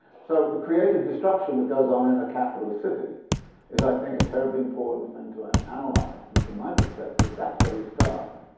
so the creative destruction that goes on in a capitalist city is, i think, a terribly important thing to analyze. and from my perspective, that's where you start.